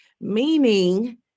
Meaning